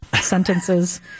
sentences